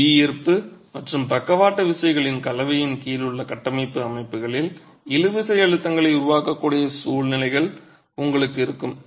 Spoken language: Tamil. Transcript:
புவியீர்ப்பு மற்றும் பக்கவாட்டு விசைகளின் கலவையின் கீழ் உள்ள கட்டமைப்பு அமைப்புகளில் இழுவிசை அழுத்தங்களை உருவாக்கக்கூடிய சூழ்நிலைகள் உங்களுக்கு இருக்கும்